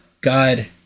God